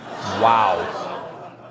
Wow